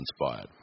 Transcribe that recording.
inspired